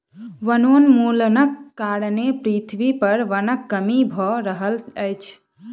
वनोन्मूलनक कारणें पृथ्वी पर वनक कमी भअ रहल अछि